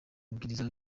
amabwiriza